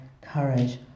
courage